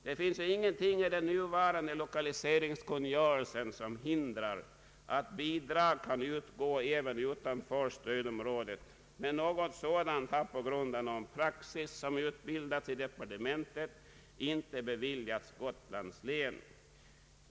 Det finns ju ingenting i den nuvarande lokaliseringskungörelsen som hindrar att bidrag kan utgå även utanför stödområdet, men något sådant har på grund av någon praxis som utbildats i departementet inte beviljats Gotlands län.